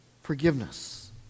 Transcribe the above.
forgiveness